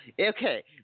Okay